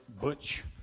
butch